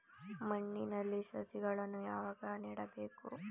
ಮಣ್ಣಿನಲ್ಲಿ ಸಸಿಗಳನ್ನು ಯಾವಾಗ ನೆಡಬೇಕು?